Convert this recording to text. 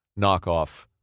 knockoff